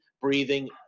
breathing